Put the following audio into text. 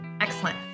Excellent